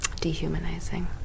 dehumanizing